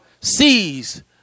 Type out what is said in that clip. sees